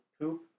poop